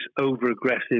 over-aggressive